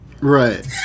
Right